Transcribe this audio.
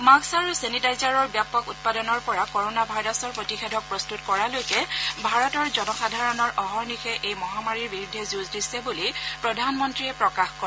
mask আৰু ছেনিটাইজাৰৰ ব্যাপক উৎপাদনৰ পৰা কৰনা ভাইৰাছৰ প্ৰতিষেধক প্ৰস্তুত কৰালৈকে ভাৰতৰ জনসাধাৰণৰ অহৰ্নিশে এই মহামাৰীৰ বিৰুদ্ধে যুঁজ দিছে বুলি প্ৰধানমন্ত্ৰীয়ে প্ৰকাশ কৰে